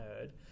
heard